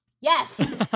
Yes